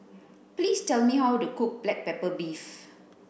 please tell me how to cook black pepper beef